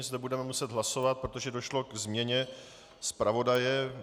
Zde budeme muset hlasovat, protože došlo k změně zpravodaje.